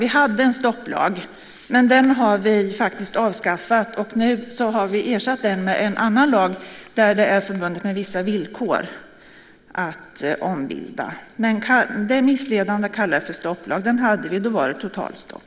Vi hade en stopplag, men den har vi faktiskt avskaffat. Nu har vi ersatt den med en annan lag, där det är förbundet med vissa villkor att ombilda. Men det är missledande att kalla det för en stopplag. En sådan hade vi, och då var det totalstopp.